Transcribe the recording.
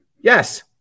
Yes